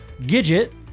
Gidget